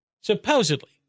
Supposedly